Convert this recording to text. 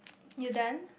you done